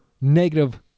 negative